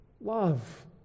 Love